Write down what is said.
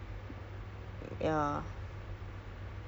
oh okay lah there's some source of income lah